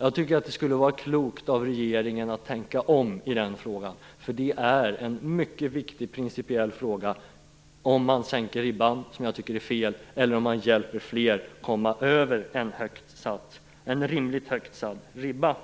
Jag tycker att det skulle vara klokt av regeringen att tänka om i den frågan, eftersom det är en mycket viktig principiell fråga - om man sänker ribban, vilket jag tycker är fel, eller om man hjälper fler att komma över en rimligt högt satt ribba.